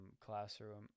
classroom